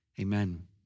amen